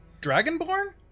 dragonborn